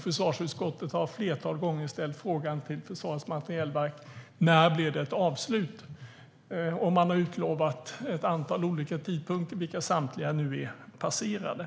Försvarsutskottet har ett flertal gånger ställt frågan till Försvarets materielverk: När blir det ett avslut? Man har utlovat ett antal olika tidpunkter vilka samtliga nu är passerade.